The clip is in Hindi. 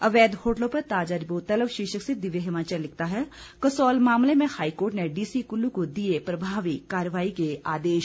अवैध होटलों पर ताजा रिपोर्ट तलब शीर्षक से दिव्य हिमाचल लिखता है कसौल मामले में हाईकोर्ट ने डीसी कुल्लू को दिए प्रभावी कार्यवाही के आदेश